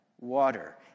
water